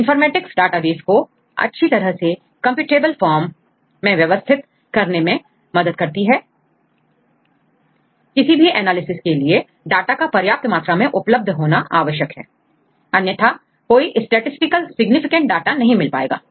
informatics database को अच्छी तरह से कंप्यूटेबल फॉर्मcomputable form में व्यवस्थित करने में मदद करती है किसी भी एनालिसिस के लिए डाटा का पर्याप्त मात्रा में उपलब्ध होना आवश्यक है अन्यथा कोई स्टैटिसटिकल सिग्निफिकेंट डाटा नहीं मिल पाएगा